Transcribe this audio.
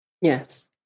Yes